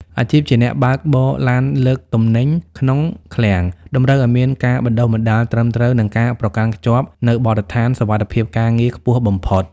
អាជីពជាអ្នកបើកបរឡានលើកទំនិញ ក្នុងឃ្លាំង តម្រូវឱ្យមានការបណ្តុះបណ្តាលត្រឹមត្រូវ និងការប្រកាន់ខ្ជាប់នូវបទដ្ឋានសុវត្ថិភាពការងារខ្ពស់បំផុត។